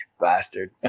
bastard